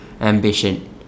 ambition